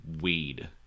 weed